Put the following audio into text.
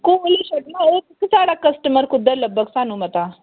साढ़ा कस्टमर कुद्धर लब्भग साह्नूं मता